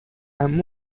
and